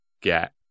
get